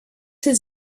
his